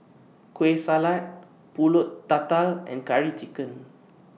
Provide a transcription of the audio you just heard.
Kueh Salat Pulut Tatal and Curry Chicken